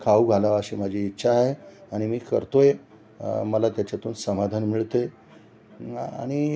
खाऊ घालावं अशी माझी इच्छा आहे आणि मी करतो आहे मला त्याच्यातून समाधान मिळते आणि